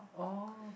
oh